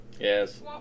Yes